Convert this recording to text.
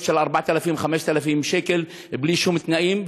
של 4,000 5,000 שקל בלי שום תנאים.